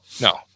no